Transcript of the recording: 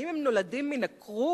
האם הם נולדים מן הכרוב?